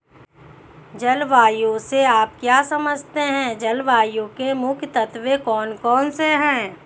जलवायु से आप क्या समझते हैं जलवायु के मुख्य तत्व कौन कौन से हैं?